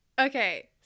Okay